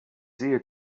sehe